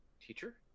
teacher